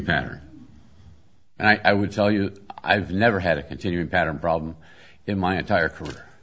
pattern and i would tell you i've never had a continuing pattern problem in my entire career